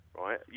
Right